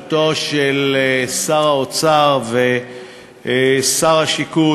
בראשות שר האוצר ושר השיכון,